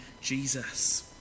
Jesus